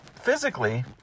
physically